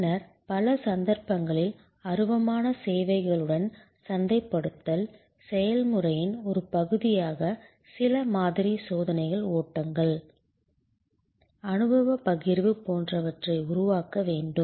பின்னர் பல சந்தர்ப்பங்களில் அருவமான சேவைகளுடன் சந்தைப்படுத்தல் செயல்முறையின் ஒரு பகுதியாக சில மாதிரி சோதனை ஓட்டங்கள் அனுபவப் பகிர்வு போன்றவற்றை உருவாக்க வேண்டும்